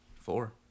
Four